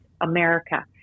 America